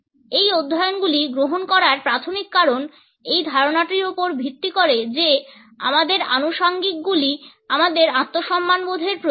এই অধ্যয়নগুলি গ্রহণ করার প্রাথমিক কারণ এই ধারণার উপর ভিত্তি করে যে আমাদের আনুষাঙ্গিকগুলি আমাদের আত্মসম্মানবোধের প্রতীক